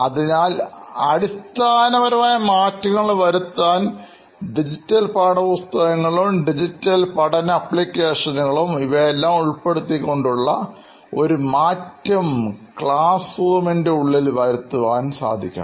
അതിനാൽ അടിസ്ഥാനപരമായ മാറ്റങ്ങൾ വരുത്തുവാൻ ഡിജിറ്റൽ പാഠപുസ്തകങ്ങളും ഡിജിറ്റൽ പഠന അപ്ലിക്കേഷനുകളും ഇവയെല്ലാം ഉൾപ്പെടുത്തിക്കൊണ്ടുള്ള ഒരു മാറ്റം ക്ലാസ് റൂം ചട്ടക്കൂടിനുള്ളിൽ നമ്മുടെ സേവനം കൊണ്ട് വരുത്താൻ സാധിക്കും